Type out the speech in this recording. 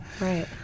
Right